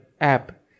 app